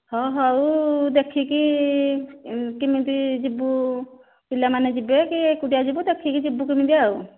ହଁ ହଉ ଦେଖିକି କିମିତି ଯିବୁ ପିଲାମାନେ ଯିବେ କି ଏକୁଟିଆ ଯିବୁ ଦେଖିକି ଯିବୁ କେମିତି ଆଉ